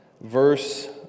verse